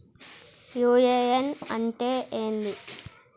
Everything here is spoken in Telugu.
యు.ఎ.ఎన్ అంటే ఏంది?